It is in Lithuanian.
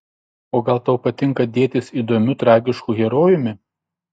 o gal tau patinka dėtis įdomiu tragišku herojumi